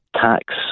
tax